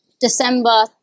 December